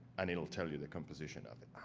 and it'll tell you the composition of it.